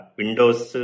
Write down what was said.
windows